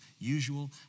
usual